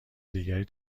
دیگری